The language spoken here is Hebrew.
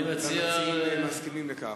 והמציעים מסכימים לכך.